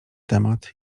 temat